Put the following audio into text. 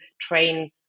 train